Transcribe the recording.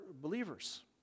believers